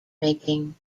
making